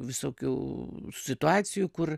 visokių situacijų kur